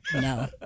no